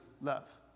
love